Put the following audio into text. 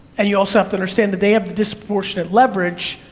and you also have to understand that they have disproportionate leverage,